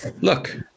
look